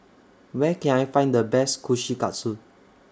Where Can I Find The Best Kushikatsu